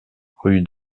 rue